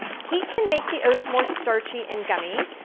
heat can make the oats more starchy and gummy.